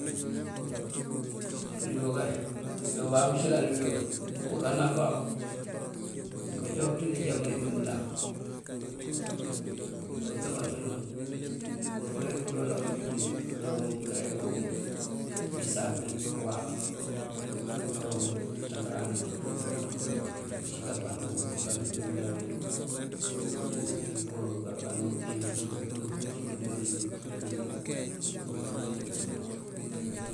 Fërigo kay, bábabú cëlani bí uwël, oko ká náfá. Káanjúwabëţin njá mëlik mëëndan. Otëbáanţin uwël múupir pëëndoona uwël pëënjúla: pëëndo karemunk, bisáab bí kúuwáap. Ngëënká kowí këëţënkáaran uwí ţí bëëluk kuraŋ. Ucí kápano, mëënká kowí këwelënáwí inko kápano ubiyen ngëërup, ucí ngëërup ngímëënţungun dí upaŋ.